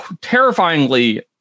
terrifyingly